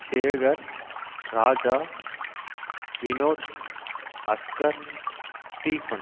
Sekar Raja Vinod Asgar Stephen